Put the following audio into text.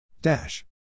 Dash